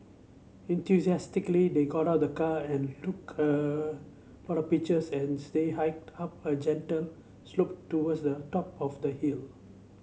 enthusiastically they got out the car and look a lot of pictures and stay hiked up a gentle slope towards the top of the hill